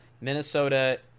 Minnesota